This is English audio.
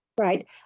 Right